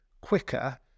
quicker